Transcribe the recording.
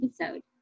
episode